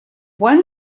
one